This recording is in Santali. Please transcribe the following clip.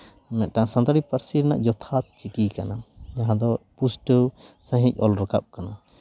ᱢᱤᱫᱴᱟᱝ ᱥᱟᱱᱛᱟᱲᱤ ᱯᱟᱹᱨᱥᱤ ᱨᱮᱱᱟᱜ ᱡᱚᱛᱷᱟᱛ ᱪᱤᱠᱤ ᱠᱟᱱᱟ ᱚᱱᱟ ᱫᱚ ᱯᱩᱥᱴᱟᱹᱣ ᱥᱟᱺᱦᱤᱡ ᱚᱞ ᱨᱟᱠᱟᱵ